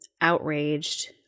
outraged